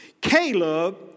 Caleb